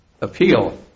appeal